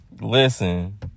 listen